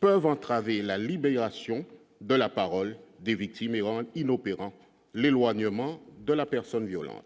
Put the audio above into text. peuvent entraver la libération de la parole des victimes ébranle l'inopérant l'éloignement de la personne violant